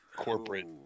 corporate